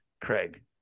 Craig